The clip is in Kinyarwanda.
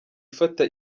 ufata